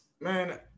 man